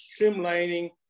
streamlining